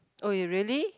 oh really